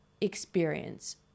experience